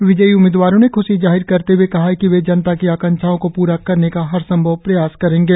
विजयी उम्मीदवारों ने ख्शी जाहिर करते हए कहा कि वे जनता की आकांक्षाओ को पुरा करने का हर संभव प्रयास करेगें